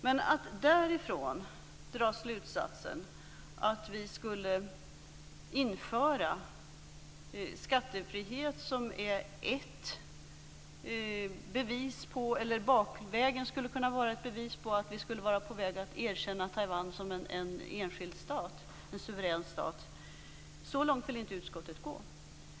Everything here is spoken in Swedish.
Men att därav dra slutsatsen att vi skulle införa skattefrihet som bakvägen skulle kunna vara ett bevis på att vi är på väg att erkänna Taiwan som suverän stat är att gå längre än vad utskottet vill göra.